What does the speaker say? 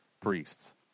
priests